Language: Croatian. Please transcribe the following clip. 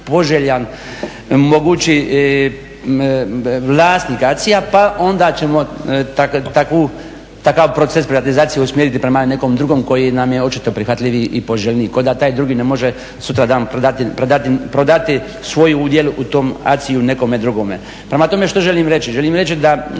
poželjan mogući vlasnik ACI-a pa onda ćemo takav proces privatizacije usmjeriti prema nekom drugom koji nam je očito prihvatljiviji i poželjniji. Kao da taj drugi ne može sutradan prodati svoj udjel u tom ACI-u nekome drugome. Prema tome što želim reći? Želim reći da